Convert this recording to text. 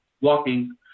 walking